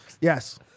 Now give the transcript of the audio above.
Yes